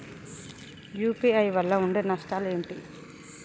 UPI వల్ల ఉండే నష్టాలు ఏంటి??